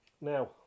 now